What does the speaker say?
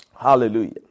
Hallelujah